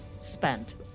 spent